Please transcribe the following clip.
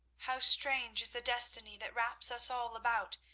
how strange is the destiny that wraps us all about!